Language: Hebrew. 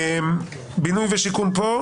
בינוי ושיקום פה?